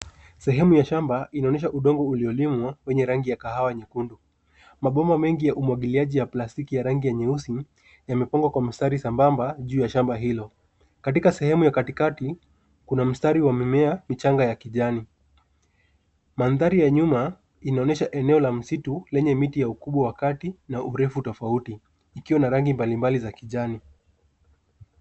Sehemu ya shamba inaonesha udongo uliolimwa, wenye rangi ya kahawa nyekundu. Mabomba mengi ya umwagiliaji ya plastiki ya rangi nyeusi , yamepangwa kwa mstari sambamba juu ya shamba hilo. Katika sehemu ya katikati, kuna mstari wa mimea michanga ya kijani. Mandhari ya nyuma inaonyesha eneo la msitu lenye miti ya ukubwa wa kati, na urefu tofauti, ikiwa na rangi mbalimbali za kijani.